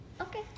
Okay